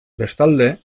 bestalde